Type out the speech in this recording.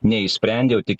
neišsprendė o tik